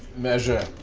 measure.